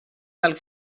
del